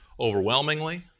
overwhelmingly